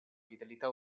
vitalità